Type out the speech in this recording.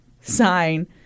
sign